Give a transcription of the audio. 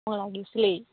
মোক লাগিছিলেই